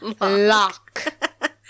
lock